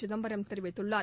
சிதம்பரம் தெரிவித்துள்ளார்